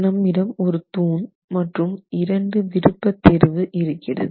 நம்மிடம் ஒரு தூண் மற்றும் 2 விருப்ப தேர்வு இருக்கிறது